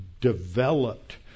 developed